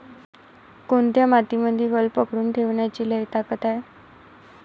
कोनत्या मातीमंदी वल पकडून ठेवण्याची लई ताकद हाये?